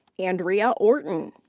andrea orton.